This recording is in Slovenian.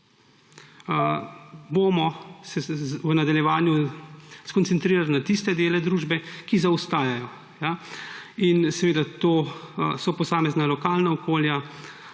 bomo se v nadaljevanju skoncentrirali na tiste dele družbe, ki zaostajajo. Seveda to so posamezna lokalna okolja,